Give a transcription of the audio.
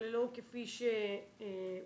או לא כפי שהוצג,